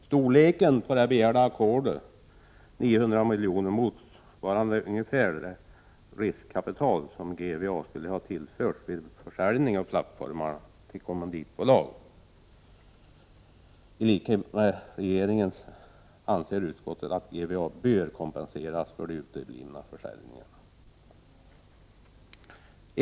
Storleken på det begärda ackordet — 900 milj.kr. — motsvarar ungefär det riskkapital som Götaverken Arendal skulle ha tillförts vid försäljning av plattformarna till kommanditbolag. I likhet med regeringen anser utskottet att Götaverken Arendal bör kompenseras för de uteblivna försäljningarna.